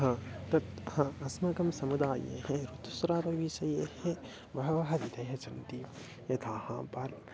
ह् तत् ह् अस्माकं समुदाये ऋतुस्रावविषये बहवः विधयस्सन्ति यथा पार्